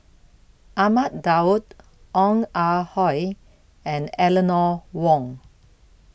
Ahmad Daud Ong Ah Hoi and Eleanor Wong